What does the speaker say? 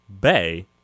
Bay